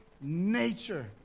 nature